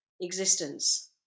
existence